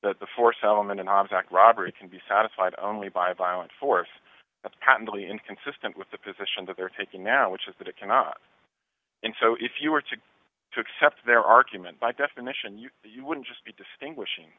the force element an object robbery can be satisfied only by a violent force patently inconsistent with the position that they're taking now which is that it cannot and so if you were to accept their argument by definition you wouldn't just be distinguishing